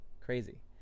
crazy